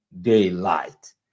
daylight